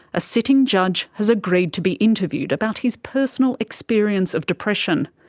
a sitting judge has agreed to be interviewed about his personal experience of depression.